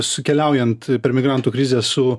su keliaujant per migrantų krizę su